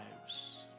lives